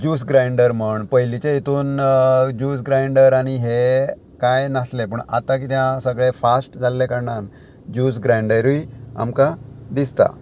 juice grinder म्हण पयलींच्या हितून ज्यूस ग्रांयडर आनी हे कांय नासले पूण आतां किद्या सगळे फास्ट जाल्ले कारणान ज्यूस ग्रांयडरूय आमकां दिसता